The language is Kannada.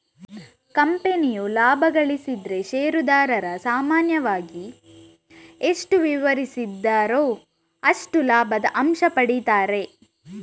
ಕಂಪನಿಯು ಲಾಭ ಗಳಿಸಿದ್ರೆ ಷೇರುದಾರರು ಸಾಮಾನ್ಯವಾಗಿ ಎಷ್ಟು ವಿವರಿಸಿದ್ದಾರೋ ಅಷ್ಟು ಲಾಭದ ಅಂಶ ಪಡೀತಾರೆ